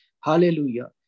hallelujah